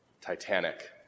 Titanic